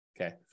Okay